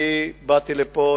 אני באתי לפה.